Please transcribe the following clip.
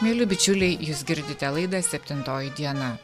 mieli bičiuliai jūs girdite laidą septintoji diena